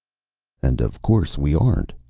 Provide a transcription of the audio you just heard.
and of course we aren't,